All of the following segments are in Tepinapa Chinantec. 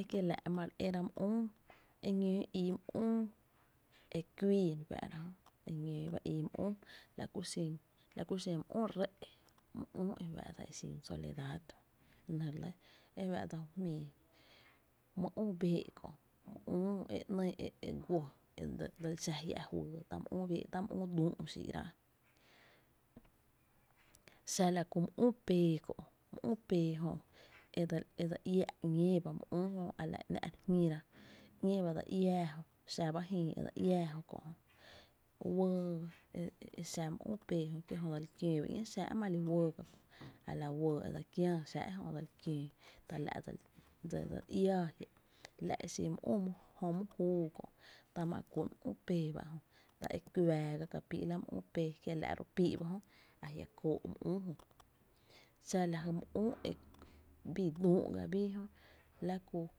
E kiela’ ma re éra mý üü, eñoo íi my üü e kuii re fáá’ra, eñoo ba ii my üü e xa re fáá’ra, la ku xen my üü ré’, my üü e fa’ dsa e xin soledad jö, la nɇ relɇ, la ku xen my üü bee’ kö, my üü e dse ni my üü e dsel xa jia’ juyy, tá my üü bee’ tá’ my üü, xa la kú my üü pee kö’, my üü pee jö e dse iáá ‘ñee ba my üü jö a la e ‘n’a’ re jñira, ‘ñee ba dse iáá jö, xa ba jïï e dse iáá e jö kö’ wee e xa my üü pee jö ki jö dse li kiöö ba ñéé xáá’ jö ma li wee, kie’ jö ala wee dse li kiää xáá’ e jö, tala’ dse li iáá jia’, la’ e xin my üü jö my júu jö kö’ ta má’ kú’n my üü pee ba ejö, ta má kuⱥⱥ ga kapií’ la my üü pee, kiela’ ro pii’ ba jöajia’ kóó’ my üü jö, xa la ku my üü bii düü’ ga bii jö, la ku xen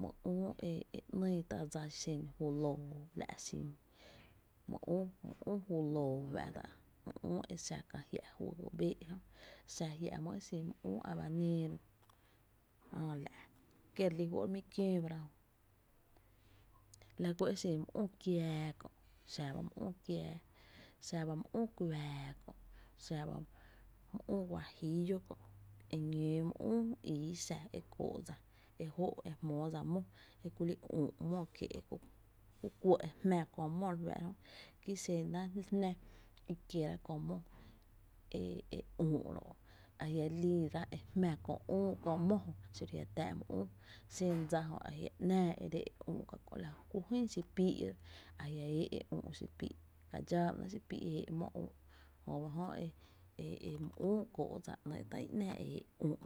my üü e ‘nyy tá dsa i xen ju loo, la’ xin, my üü ju loo fa´’ta’, my üü e xa kä jia’ juyy bee’, xa jia’ e xin my üü habanero kie’ re lí fó’ re mi kiööra ba ejö, kiela’ xa e xin my üü kiaa kö’ xa ba e xin my üü kiaa, xa ba my üü kuáa kö, xa ba my üü huajillo kö’, eñoo my üü i xa e kóó’ dsa e jóó’ e jmóó dsa mó e kuli üü kö mó, ku kuɇ e jmá kö mó re fáá’ra jö ki xena jná e kiera kö mó e üü ro’ a jia’ liira e jmá kö mó xiro a jia’ táá’ my üü, xen dsa jö ajia’ ‘náá e re éé’ mó e üü ka kö’, la ku jyn xiipíí’ a jia’ éé’ mó e üü xipií’ xen ka dxáá ba ‘néé’ xipii’ i eé´’ üü, jö ba jö my üü kóó’ dsa ‘nɇɇ’ tá’ i náá e éé’ e üü’.